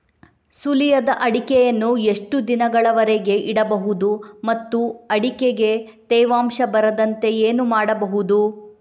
ಸುಲಿಯದ ಅಡಿಕೆಯನ್ನು ಎಷ್ಟು ದಿನಗಳವರೆಗೆ ಇಡಬಹುದು ಮತ್ತು ಅಡಿಕೆಗೆ ತೇವಾಂಶ ಬರದಂತೆ ಏನು ಮಾಡಬಹುದು?